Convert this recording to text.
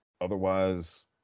otherwise